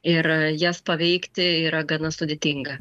ir jas paveikti yra gana sudėtinga